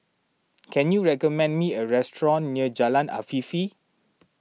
can you recommend me a restaurant near Jalan Afifi